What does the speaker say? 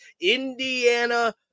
Indiana